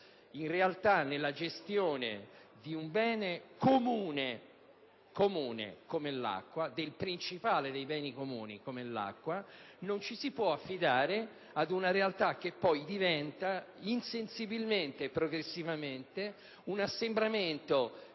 stessa. Nella gestione di un bene comune - del principale dei beni comuni - come l'acqua non ci si può affidare ad una realtà che poi diventa insensibilmente e progressivamente un assembramento